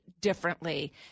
differently